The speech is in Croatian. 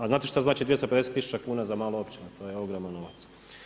A znate šta znači 250 tisuća kuna za malu općinu, to je ogroman novac.